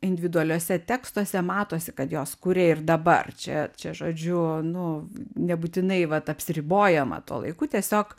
individualiuose tekstuose matosi kad jos kuria ir dabar čia čia žodžiu nu nebūtinai vat apsiribojama tuo laiku tiesiog